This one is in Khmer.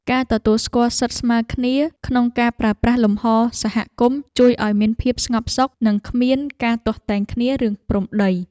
ការទទួលស្គាល់សិទ្ធិស្មើគ្នាក្នុងការប្រើប្រាស់លំហសហគមន៍ជួយឱ្យមានភាពស្ងប់សុខនិងគ្មានការទាស់ទែងគ្នារឿងព្រំដី។